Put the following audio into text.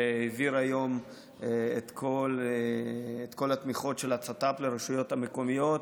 שהעביר היום את כל התמיכות של הצת"פ לרשויות המקומיות,